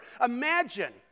Imagine